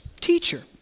Teacher